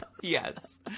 Yes